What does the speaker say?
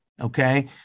Okay